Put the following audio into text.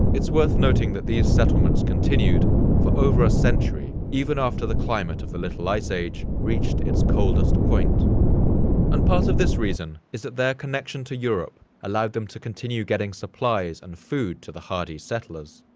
it's worth noting that these settlements continued for over a century, even after the climate of the little ice age reached its coldest point and part of this reason is that their connection to europe allowed them to continue getting supplies and food to the hardy settlers.